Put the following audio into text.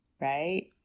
right